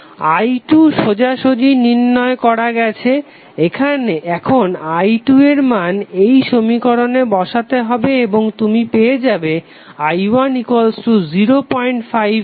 i2 সোজাসুজি নির্ণয় করা গেছে এখন i2 এর মান এই সমীকরণে বসাতে হবে এবং তুমি পেয়ে যাবে i1 05A